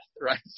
right